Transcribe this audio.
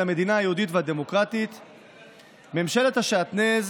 דיונים בהיוועדות חזותית בהשתתפות עצורים,